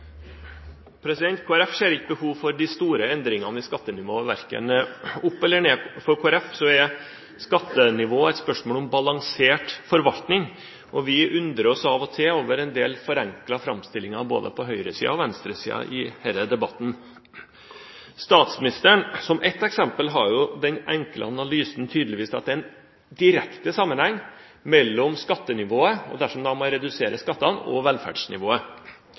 ser ikke noe behov for de store endringene i skattenivået, verken opp eller ned. For Kristelig Folkeparti er skattenivå et spørsmål om balansert forvaltning. Vi undrer oss av og til over en forenklet framstilling både på høyresiden og venstresiden i denne debatten. Statsministeren – som ett eksempel – har jo tydeligvis den enkle analysen at det er direkte sammenheng mellom skattenivået – dersom man må redusere skattene – og velferdsnivået.